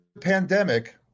pandemic